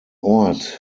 ort